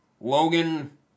Logan